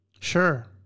Sure